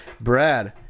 Brad